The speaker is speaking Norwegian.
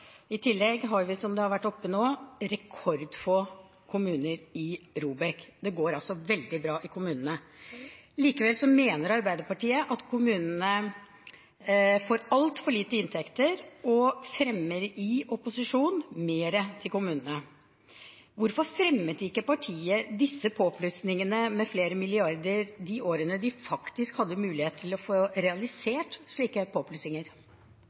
I tillegg har vi, som det har vært tatt opp, rekordfå kommuner i ROBEK. Det går altså veldig bra i kommunene. Likevel mener Arbeiderpartiet at kommunene får altfor lite i inntekter og fremmer i opposisjon mer til kommunene. Hvorfor fremmet ikke partiet disse påplussingene med flere milliarder kroner de årene de faktisk hadde mulighet til å få realisert slike